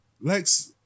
Lex